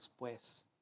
después